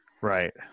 Right